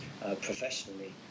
professionally